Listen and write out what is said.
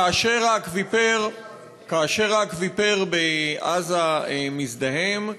כאשר האקוויפר בעזה מזדהם,